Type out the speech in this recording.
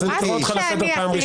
אז אני קורא אותך לסדר פעם ראשונה.